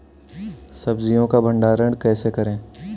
सब्जियों का भंडारण कैसे करें?